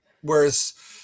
Whereas